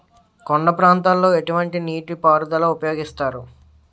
కొండ ప్రాంతాల్లో ఎటువంటి నీటి పారుదల ఉపయోగిస్తారు?